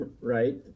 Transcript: right